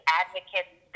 advocates